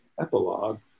epilogue